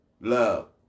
love